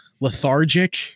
lethargic